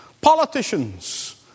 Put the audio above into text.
Politicians